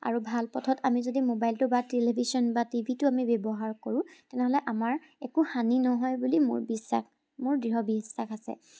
আৰু ভাল পথত আমি যদি মোবাইলটো বা টেলিভিছন বা টিভিটো আমি ব্যৱহাৰ কৰো তেনেহ'লে আমাৰ একো হানি নহয় বুলি মোৰ বিশ্বাস মোৰ দৃঢ় বিশ্বাস আছে